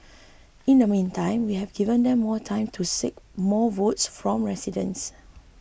in the meantime we have given them more time to seek more votes from residents